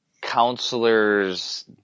counselor's